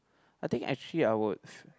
I think actually I would